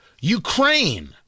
Ukraine